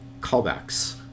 Callbacks